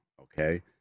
okay